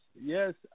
yes